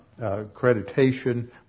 accreditation